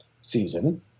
season